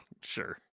Sure